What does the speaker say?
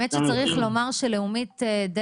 האמת היא שצירך לומר שלאומית שירותי בריאות